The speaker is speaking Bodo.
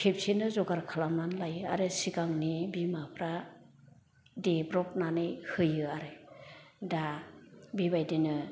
खेबसेनो जगार खालामनानै लायो आरो सिगांनि बिमाफ्रा देब्रबनानै होयो आरो दा बेबायदिनो